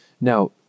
Now